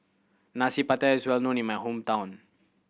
Nasi Pattaya is well known in my hometown